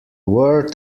word